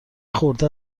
خورده